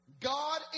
God